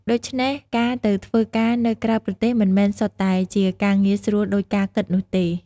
ដូច្នេះ ការទៅធ្វើការនៅក្រៅប្រទេសមិនមែនសុទ្ធតែជាការងារស្រួលដូចការគិតនោះទេ។